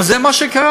אבל זה מה שקרה.